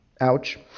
Ouch